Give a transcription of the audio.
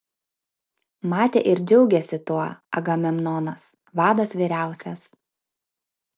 matė ir džiaugėsi tuo agamemnonas vadas vyriausias